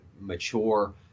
mature –